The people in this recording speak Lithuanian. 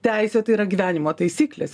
teisė tai yra gyvenimo taisyklės